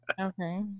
Okay